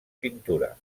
pintura